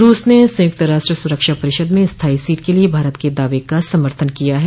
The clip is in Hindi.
रूस ने संयुक्त राष्ट्र सुरक्षा परिषद में स्थायी सीट के लिए भारत के दावे का समर्थन किया है